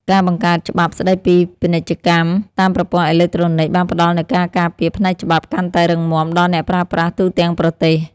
ការបង្កើតច្បាប់ស្តីពីពាណិជ្ជកម្មតាមប្រព័ន្ធអេឡិចត្រូនិកបានផ្តល់នូវការការពារផ្នែកច្បាប់កាន់តែរឹងមាំដល់អ្នកប្រើប្រាស់ទូទាំងប្រទេស។